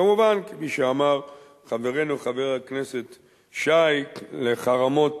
כמובן, כפי שאמר חברנו חבר הכנסת שי, לחרמות